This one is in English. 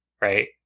right